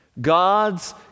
God's